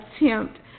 attempt